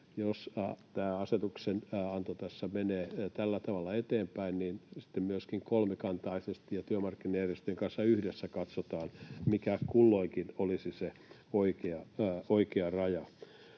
tämä asetuksenanto tässä menee tällä tavalla eteenpäin, niin sitten myöskin kolmikantaisesti ja työmarkkinajärjestöjen kanssa yhdessä katsotaan, mikä kulloinkin olisi se oikea raja.